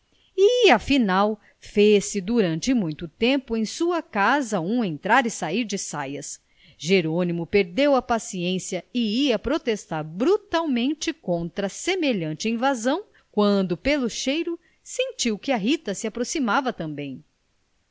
e afinal fez-se durante muito tempo em sua casa um entrar e sair de saias jerônimo perdeu a paciência e ia protestar brutalmente contra semelhante invasão quando pelo cheiro sentiu que a rita se aproximava também